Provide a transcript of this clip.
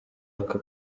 aka